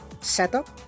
setup